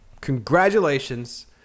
congratulations